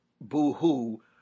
boo-hoo